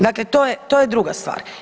Dakle, to je druga stvar.